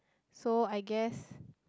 so I guess